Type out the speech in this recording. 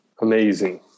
amazing